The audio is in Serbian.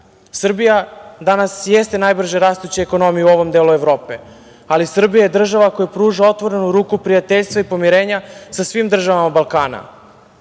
danas jeste najbrže rastuća ekonomija u ovom delu Evrope, ali Srbija je država koja pruža otvorenu ruku prijateljstva i pomirenja sa svim državama Balkana.